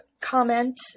comment